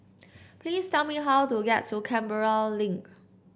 please tell me how to get to Canberra Link